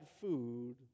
food